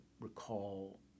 recall